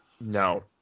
No